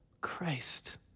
Christ